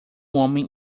homem